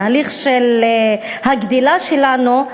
התהליך של הגדילה שלנו,